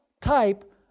type